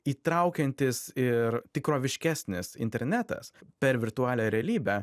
įtraukiantis ir tikroviškesnis internetas per virtualią realybę